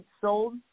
sold